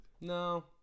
No